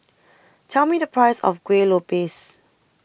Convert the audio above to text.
Tell Me The Price of Kuih Lopes